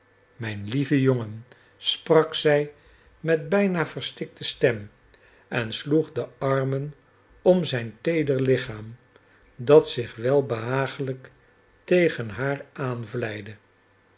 mijn lieve jongen sprak zij met bijna verstikte stem en sloeg de armen om zijn teeder lichaam dat zich welbehagelijk tegen haar